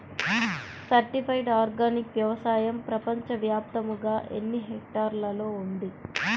Certified organic వ్యవసాయం ప్రపంచ వ్యాప్తముగా ఎన్నిహెక్టర్లలో ఉంది?